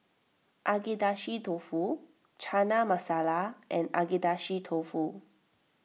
Agedashi Dofu Chana Masala and Agedashi Dofu